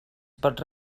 pot